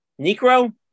Necro